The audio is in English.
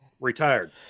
retired